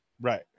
Right